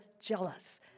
jealous